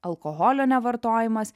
alkoholio nevartojimas